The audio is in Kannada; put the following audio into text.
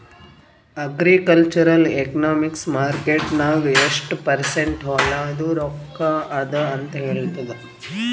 ಅಗ್ರಿಕಲ್ಚರಲ್ ಎಕನಾಮಿಕ್ಸ್ ಮಾರ್ಕೆಟ್ ನಾಗ್ ಎಷ್ಟ ಪರ್ಸೆಂಟ್ ಹೊಲಾದು ರೊಕ್ಕಾ ಅದ ಅಂತ ಹೇಳ್ತದ್